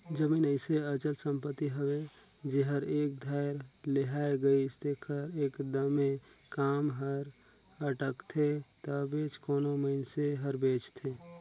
जमीन अइसे अचल संपत्ति हवे जेहर एक धाएर लेहाए गइस तेकर एकदमे काम हर अटकथे तबेच कोनो मइनसे हर बेंचथे